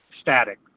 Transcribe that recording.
static